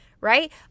right